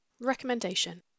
Recommendation